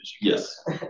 Yes